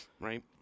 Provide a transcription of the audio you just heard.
right